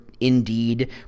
Indeed